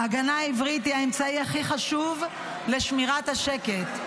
ההגנה העברית היא האמצעי הכי חשוב לשמירת השקט,